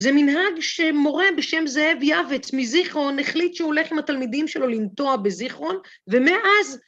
זה מנהג שמורה בשם זאב יעבץ מזיכרון החליט שהוא הולך עם התלמידים שלו לנטוע בזיכרון ומאז...